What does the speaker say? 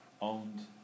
owned